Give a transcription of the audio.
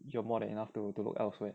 you are more than enough to to look elsewhere